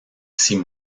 six